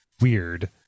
weird